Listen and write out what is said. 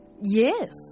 yes